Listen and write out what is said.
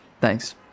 Thanks